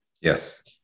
Yes